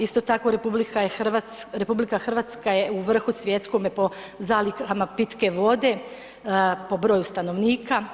Isto tako, RH je u vrhu svjetskome po zalihama pitke vode po broju stanovnika.